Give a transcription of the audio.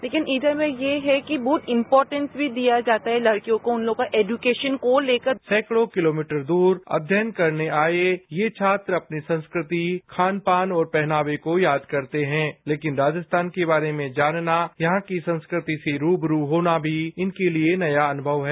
तेकिन इयर में ये है कि बहुत इम्पोटेंश भी दिया जाता है लड़कियों को उन लोगों की एजुकेशन को लेकर सैंकडों किलोमीटर दूर अध्ययन करने आये ये छात्र अपनी संस्कृति खान पान और पहनावे को याद करते हैं लेकिन राजस्थान के बारे में जानना यहां की संस्कृति से रूबरू होना भी इनके लिए नया अनुषव है